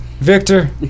Victor